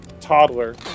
toddler